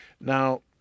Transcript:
Now